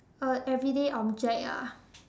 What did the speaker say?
uh everyday object ah